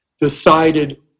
decided